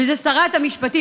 שרת המשפטים,